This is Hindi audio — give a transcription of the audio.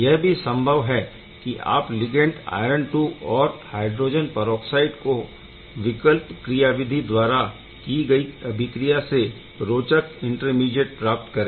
यह भी संभव है कि आप लिगैण्ड आयरन II और हाइड्रोजन परऑक्साइड को विकल्प क्रियाविधि द्वारा की गई अभिक्रिया से रोचक इंटरमीडीऐट प्राप्त करें